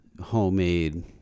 homemade